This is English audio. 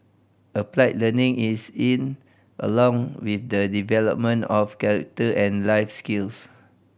applied learning is in along with the development of character and life skills